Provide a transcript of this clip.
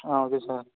ah okay sir